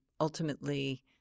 ultimately